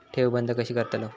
ठेव बंद कशी करतलव?